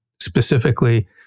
Specifically